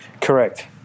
Correct